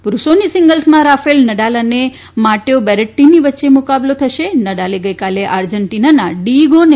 પુરુષોની સિંગલ્સમાં Rafael Nadal અને માટેઓ બેરેટીની વચ્ચે મુકાબલો થશેક નડાલે ગઇકાલે આર્જેન્ટીનાના ડીઈગોને